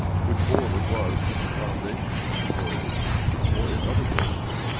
which order was from the foundation of the world or in other words,